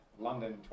London